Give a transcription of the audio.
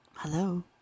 Hello